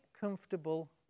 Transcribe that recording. comfortable